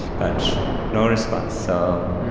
but no response. so,